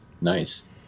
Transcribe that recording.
Nice